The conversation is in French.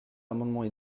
amendements